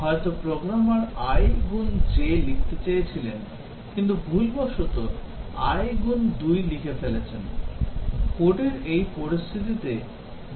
হয়তো programmer i গুন j লিখতে চেয়েছিলেন কিন্তু ভুলবশত i গুন 2 লিখে ফেলেছেন কোডের এই পরিস্থিতিতে j র মান সবসময়ই 2